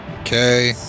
Okay